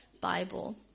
Bible